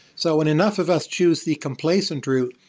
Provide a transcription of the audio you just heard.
so when enough of us choose the complacent route,